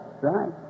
Right